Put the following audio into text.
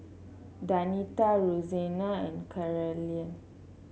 Danita Roseanna and Caryn